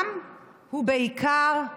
גם ובעיקר,